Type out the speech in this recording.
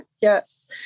Yes